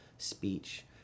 speech